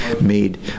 made